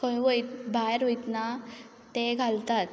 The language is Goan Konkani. खंय वय भायर वयतना ते घालतात